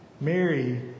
Mary